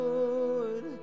Lord